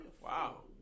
Wow